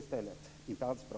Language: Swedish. Det är inte alls bra.